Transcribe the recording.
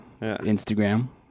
instagram